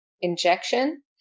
injection